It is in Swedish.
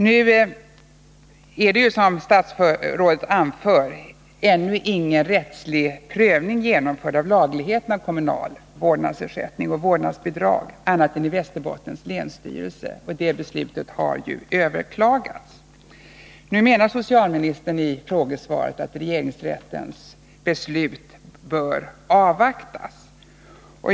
Nu är ju, som statsrådet anför, ännu ingen rättslig prövning genomförd av lagligheten i kommunal vårdnadsersättning och kommunalt vårdnadsbidrag annat än i Västerbottens länsstyrelse, och det beslutet har ju överklagats. Nu menar socialministern i frågesvaret att regeringsrättens beslut bör avvaktas.